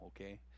okay